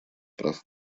прав